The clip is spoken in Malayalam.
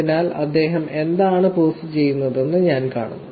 അതിനാൽ അദ്ദേഹം എന്താണ് പോസ്റ്റുചെയ്യുന്നതെന്ന് ഞാൻ കാണുന്നു